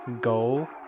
go